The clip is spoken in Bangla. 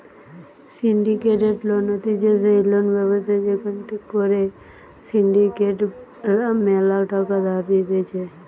সিন্ডিকেটেড লোন হতিছে সেই লোন ব্যবস্থা যেখান করে সিন্ডিকেট রা ম্যালা টাকা ধার দিতেছে